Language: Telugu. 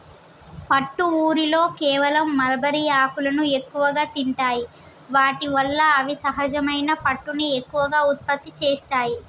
పట్టు ఊరిలో కేవలం మల్బరీ ఆకులను ఎక్కువగా తింటాయి వాటి వల్ల అవి సహజమైన పట్టుని ఎక్కువగా ఉత్పత్తి చేస్తాయి